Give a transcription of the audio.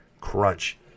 crunch